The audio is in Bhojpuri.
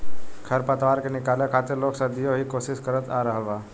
खर पतवार के निकाले खातिर लोग सदियों ही कोशिस करत आ रहल बा